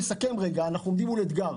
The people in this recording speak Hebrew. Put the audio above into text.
לסיכום, אנחנו עומדים מול אתגר.